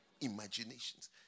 imaginations